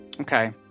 Okay